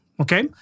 Okay